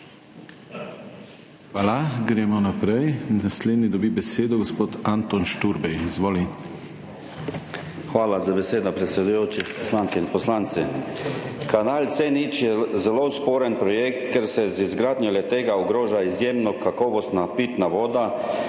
Hvala. Gremo naprej, naslednji dobi besedo gospod Anton Šturbej. Izvoli. ANTON ŠTURBEJ (PS SDS): Hvala za besedo, predsedujoči. Poslanke in poslanci. Kanal C0 je zelo sporen projekt, ker se z izgradnjo le-tega ogroža izjemno kakovostna pitna voda,